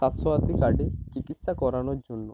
স্বাস্থসাথী কার্ডে চিকিৎসা করানোর জন্য